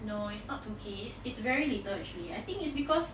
no it's not two K it's very little actually I think it's because